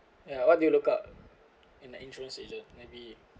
ya what do you look up in the insurance agent maybe